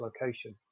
location